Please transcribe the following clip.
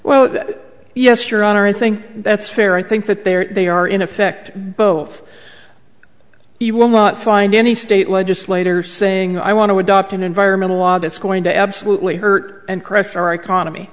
well yes your honor i think that's fair i think that they're they are in effect both you will not find any state legislator saying i want to adopt an environmental law that's going to absolutely hurt and crush our economy